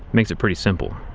makes it pretty simple.